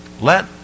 let